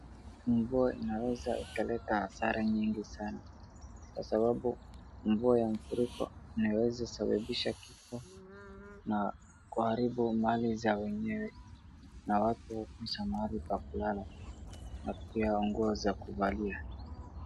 Mvua inaweza ikaleta hasara nyingi sana. Kwa sababu mvua ya mafuriko inaweza sababisha kifo na kuharibu mali za wenyewe. Na watu kukosa mahali pa kulala na pia nguo za kuvalia.